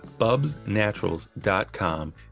BubsNaturals.com